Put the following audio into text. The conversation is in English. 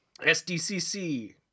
SDCC